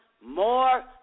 more